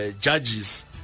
judges